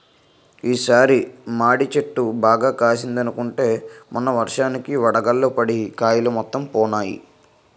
ఈ సారి మాడి చెట్టు బాగా కాసిందనుకుంటే మొన్న వర్షానికి వడగళ్ళు పడి కాయలు మొత్తం పోనాయి